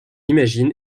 imagine